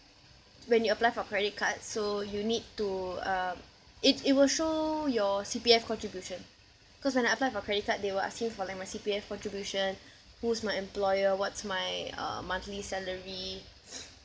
when you apply for credit cards so you need to uh it it will show your C_P_F contribution cause when I apply for credit card they were asking for like my C_P_F contribution who's my employer what's my uh monthly salary